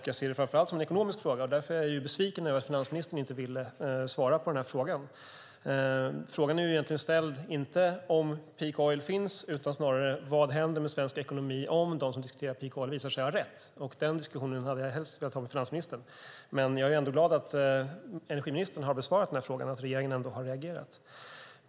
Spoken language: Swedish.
Jag ser det framför allt som en ekonomisk fråga, och därför är jag besviken över att finansministern inte ville svara på den här frågan. Den är egentligen inte ställd om huruvida peak oil finns utan snarare vad som händer med svensk ekonomi om de som diskuterar peak oil visar sig ha rätt. Den diskussionen skulle jag helst ha velat ha med finansministern, men jag är ändå glad att energiministern har besvarat den här frågan och att regeringen har reagerat.